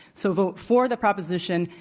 so vote for the proposition,